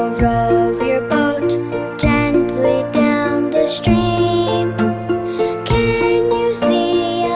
row your boat gently down the stream can you see